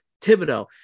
Thibodeau